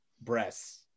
breasts